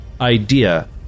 idea